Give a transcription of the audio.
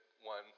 one